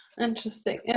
Interesting